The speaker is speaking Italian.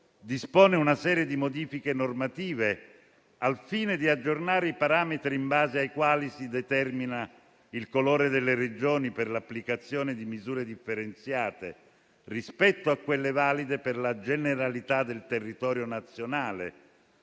dispone una serie di modifiche normative al fine di aggiornare i parametri in base ai quali si determina il colore delle Regioni per l'applicazione di misure differenziate rispetto a quelle valide per la generalità del territorio nazionale,